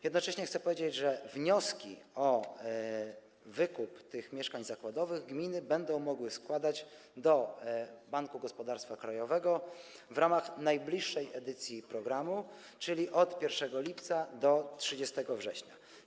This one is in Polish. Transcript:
Jednocześnie chcę powiedzieć, że wnioski o wykup tych mieszkań zakładowych gminy będą mogły składać do Banku Gospodarstwa Krajowego w ramach najbliższej edycji programu, czyli od 1 lipca do 30 września.